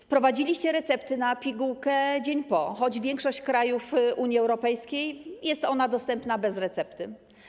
Wprowadziliście recepty na pigułkę dzień po, choć w większości krajów Unii Europejskiej jest ona dostępna bez recepty.